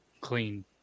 clean